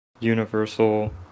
Universal